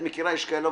את מכירה אדוני,